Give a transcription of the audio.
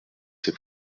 ces